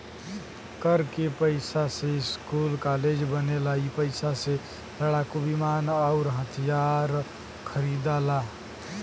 कर के पइसा से स्कूल कालेज बनेला ई पइसा से लड़ाकू विमान अउर हथिआर खरिदाला